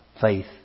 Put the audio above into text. faith